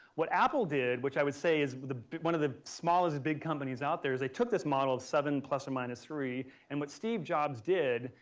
what apple did, which i would say is one of the smallest big companies out there is they took this model of seven plus or minus three and what steve jobs did,